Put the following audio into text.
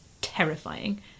terrifying